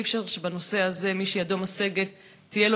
ואי-אפשר שבנושא הזה מי שידו משגת תהיה לו